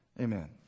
Amen